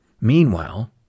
Meanwhile